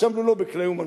השבנו לו בכלי אומנותו.